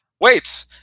Wait